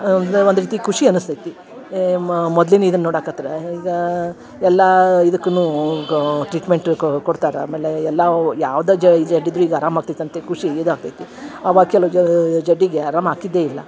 ಎಲ್ಲ ಒಂದು ರೀತಿ ಖುಷಿ ಅನ್ಸತೈತಿ ಎ ಮೊದ್ಲಿನ ಇದ್ನ ನೋಡಕತ್ರೆ ಈಗ ಎಲ್ಲಾ ಇದುಕೂನೂ ಈಗ ಟ್ರೀಟ್ಮೆಂಟ್ ಕೊಡ್ತಾರೆ ಆಮೇಲೆ ಎಲ್ಲಾ ಆ ಯಾವ್ದು ಜಡ್ಡಿಗೆ ಆರಾಮು ಆಗ್ತದ ಅಂತ ಖುಷಿ ಇದು ಆಗ್ತೈತಿ ಅವಾಗ ಕೆಲವು ಜಡ್ಡಿಗೆ ಅರಾಮು ಆಗ್ತಿದೆ ಇಲ್ಲ